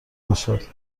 باشد